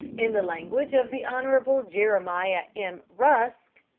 in the language of the honorable jeremiah m. rusk,